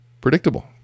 predictable